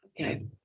Okay